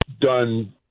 done